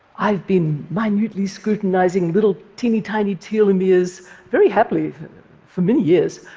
i've been minutely scrutinizing little teeny tiny telomeres very happily for many years,